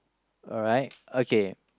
alright okay